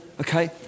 okay